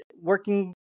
working